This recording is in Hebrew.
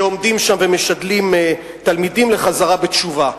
שעומדים שם ומשדלים תלמידים לחזרה בתשובה,